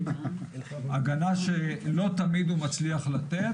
הגנה שלא תמיד הוא מצליח לתת,